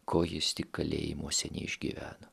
ko jis tik kalėjimuose neišgyveno